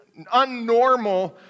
unnormal